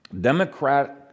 Democratic